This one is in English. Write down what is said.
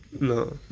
No